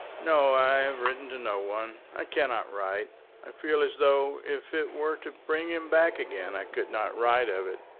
no i have written to no one. i cannot write. i feel as though if it were to bring him back again i could not write of it.